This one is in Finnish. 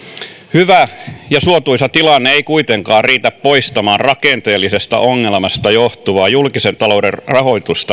hyvä ja suotuisa tilanne ei kuitenkaan riitä poistamaan rakenteellisesta ongelmasta johtuvaa julkisen talouden rahoituksen